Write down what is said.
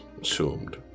assumed